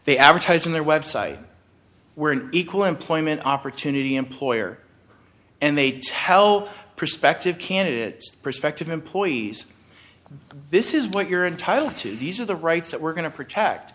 they advertise on their website where an equal employment opportunity employer and they tell prospective candidates prospective employees this is what you're entitle to these are the rights that we're going to protect